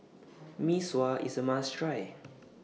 Mee Sua IS A must Try